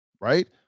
right